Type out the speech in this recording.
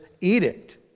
edict